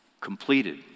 completed